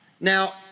Now